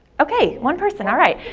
okay, one person, alright.